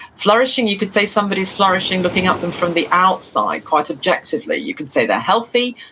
flourishing, you could say somebody's flourishing looking at them from the outside, quite objectively. you could say they're healthy,